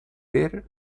per